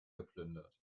geplündert